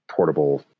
Portable